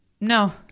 No